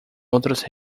outras